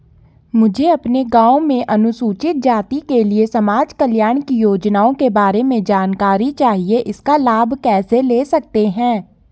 मुझे अपने गाँव में अनुसूचित जाति के लिए समाज कल्याण की योजनाओं के बारे में जानकारी चाहिए इसका लाभ कैसे ले सकते हैं?